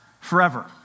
forever